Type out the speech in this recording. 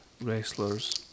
wrestlers